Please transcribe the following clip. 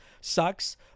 sucks